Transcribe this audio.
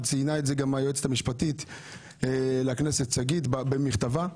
ציינה את זה גם היועצת המשפטית שגית אפיק במכתבה.